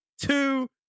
two